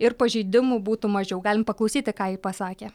ir pažeidimų būtų mažiau galim paklausyti ką ji pasakė